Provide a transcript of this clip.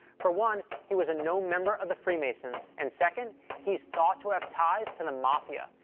for one, he was a known member of the freemasons. and second, he's thought to have ties to the mafia.